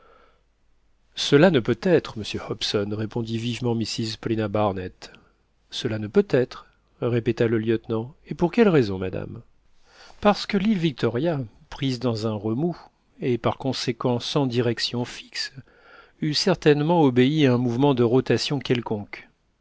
cela ne peut être monsieur hobson répondit vivement mrs paulina barnett cela ne peut être répéta le lieutenant et pour quelle raison madame parce que l'île victoria prise dans un remous et par conséquent sans direction fixe eût certainement obéi à un mouvement de rotation quelconque